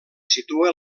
situa